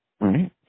Right